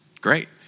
Great